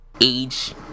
age